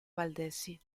valdesi